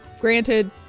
granted